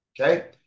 Okay